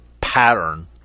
pattern